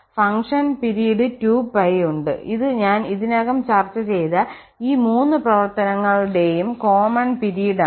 അതിനാൽ ഫംഗ്ഷന് പിരീഡ് 2π ഉണ്ട് ഇത് ഞാൻ ഇതിനകം ചർച്ച ചെയ്ത ഈ മൂന്ന് പ്രവർത്തനങ്ങളുടെയും കോമൺ പിരീഡാണ്